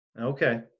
Okay